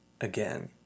again